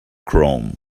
chrome